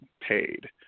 paid